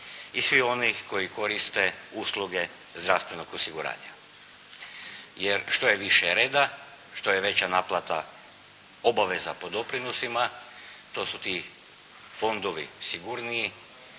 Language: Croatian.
i svi oni koji koriste usluge zdravstvenog osiguranja, jer što je više reda, što je veća naplata obaveza po doprinosima to su ti fondovi sigurniji